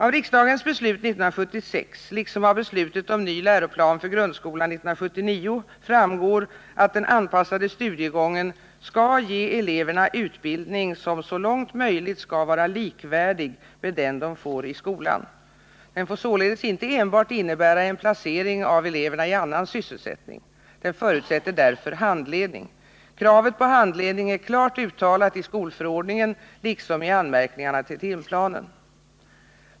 Av riksdagens beslut 1976 liksom av beslutet om ny läroplan för grundskolan 1979 framgår att den anpassade studiegången skall ge eleverna utbildning som så långt möjligt skall vara likvärdig med den de får i skolan. Den får således inte enbart innebära en placering av eleverna i annan sysselsättning. Den förutsätter därför handledning. Kravet på handledning är klart uttalat i skolförordningen liksom i anmärkningarna till timplanen.